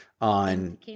On